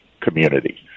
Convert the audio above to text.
community